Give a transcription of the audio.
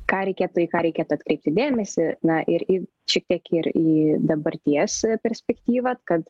ką reikia tai į ką reikėtų atkreipti dėmesį na ir į šiek tiek ir į dabarties perspektyvą kad